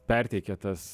perteikė tas